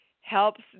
helps